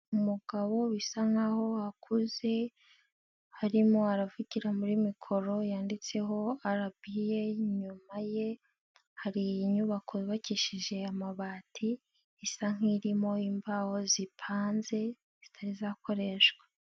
Umugabo bisa nkaho akuze, arimo aravugira muri mikoro yanditseho RBA, inyuma ye hari inyubako yubakishije amabati, isa nkirimo imbaho zipanze, zitari zakoreshwa.